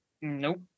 Nope